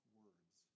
words